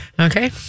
Okay